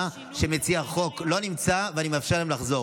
שמציע החוק לא נמצא ואני מאפשר לו לחזור.